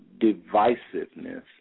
divisiveness